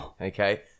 Okay